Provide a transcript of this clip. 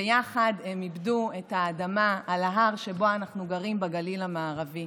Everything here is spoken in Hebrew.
ויחד הם עיבדו את האדמה על ההר שבו אנחנו גרים בגליל המערבי,